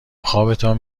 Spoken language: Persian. خوابتان